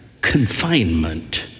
confinement